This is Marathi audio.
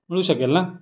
मिळू शकेल ना